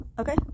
Okay